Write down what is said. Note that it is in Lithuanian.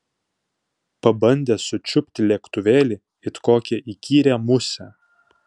pabandė sučiupti lėktuvėlį it kokią įkyrią musę